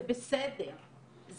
זה בסדר,